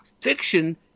fiction